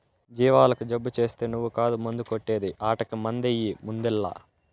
జీవాలకు జబ్బు చేస్తే నువ్వు కాదు మందు కొట్టే ది ఆటకి మందెయ్యి ముందల్ల